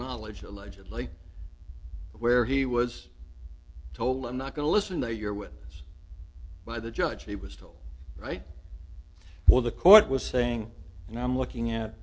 knowledge allegedly where he was told i'm not going to listen that you're with us by the judge he was told right well the court was saying and i'm looking at